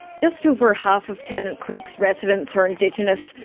just over half of tennant creek's residents are indigenous,